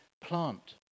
plant